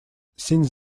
since